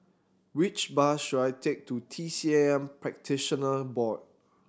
which bus should I take to T C M Practitioner Board